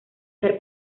per